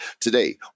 Today